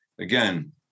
again